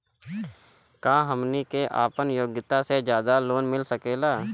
का हमनी के आपन योग्यता से ज्यादा लोन मिल सकेला?